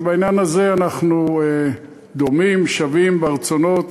אז בעניין הזה אנחנו דומים, שווים, ברצונות.